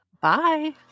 Bye